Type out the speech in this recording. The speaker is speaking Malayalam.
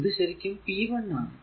ഇത് ശരിക്കും p1 ആണ്